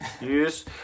Yes